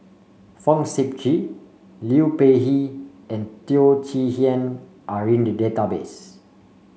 Fong Sip Chee Liu Peihe and Teo Chee Hean are in the database